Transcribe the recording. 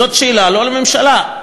זאת שאלה לא לממשלה.